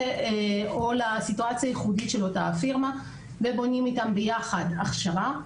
או לסיטואציה הייחודית של אותה פירמה ובונים יחד איתם הכשרה,